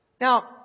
Now